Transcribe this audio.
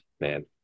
man